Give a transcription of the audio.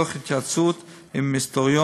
תוך התייעצות עם היסטוריון,